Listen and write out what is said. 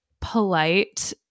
polite